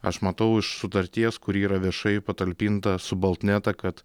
aš matau iš sutarties kuri yra viešai patalpinta su baltneta kad